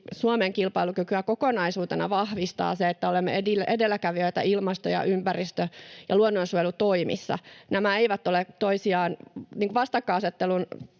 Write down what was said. Suomen kilpailukykyä kokonaisuutena vahvistaa se, että olemme edelläkävijöitä ilmaston‑, ympäristön‑ ja luonnonsuojelutoimissa. Nämä eivät ole vastakkainasettelun